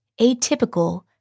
atypical